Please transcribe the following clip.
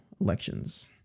elections